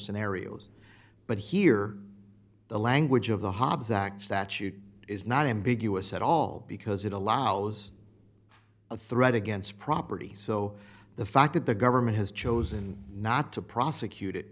scenarios but here the language of the hobbs act statute is not ambiguous at all because it allows a threat against property so the fact that the government has chosen not to prosecute it